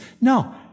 No